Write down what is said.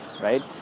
right